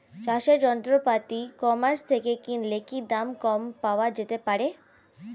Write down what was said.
চাষের যন্ত্রপাতি e commerce থেকে কিনলে কি দাম কম পাওয়া যেতে পারে?